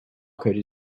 code